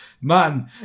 man